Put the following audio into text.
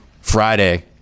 Friday